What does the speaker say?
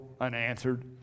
unanswered